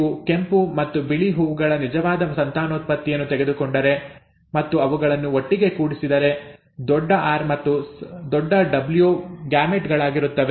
ನೀವು ಕೆಂಪು ಮತ್ತು ಬಿಳಿ ಹೂವುಗಳ ನಿಜವಾದ ಸಂತಾನೋತ್ಪತ್ತಿಯನ್ನು ತೆಗೆದುಕೊಂಡರೆ ಮತ್ತು ಅವುಗಳನ್ನು ಒಟ್ಟಿಗೆ ಕೂಡಿಸಿದರೆ ದೊಡ್ಡ ಆರ್ ಮತ್ತು ದೊಡ್ಡ ಡಬ್ಲ್ಯೂ ಗ್ಯಾಮೆಟ್ ಗಳಾಗಿರುತ್ತವೆ